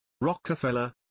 Rockefeller